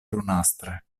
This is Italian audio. brunastre